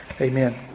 Amen